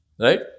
right